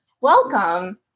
welcome